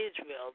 Israel